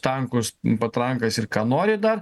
tankus patrankas ir ką nori dar